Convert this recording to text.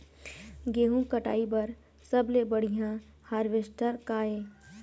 गेहूं कटाई बर सबले बढ़िया हारवेस्टर का ये?